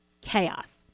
chaos